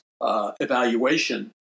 evaluation